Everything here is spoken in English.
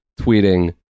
tweeting